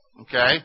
okay